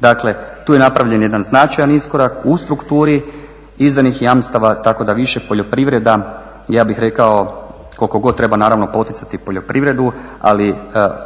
Dakle, tu je napravljen jedan značaj iskorak u strukturi izdanih jamstava tako da više poljoprivreda, ja bih rekao koliko god treba naravno poticati poljoprivredu, ali